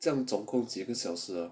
这样总共几个小时 ah